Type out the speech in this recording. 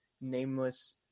nameless